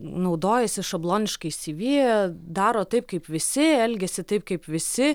naudojasi šabloniškais cv daro taip kaip visi elgiasi taip kaip visi